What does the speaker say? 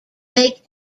make